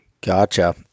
Gotcha